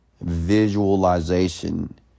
visualization